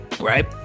right